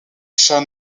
shah